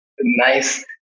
nice